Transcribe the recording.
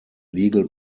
legal